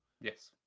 yes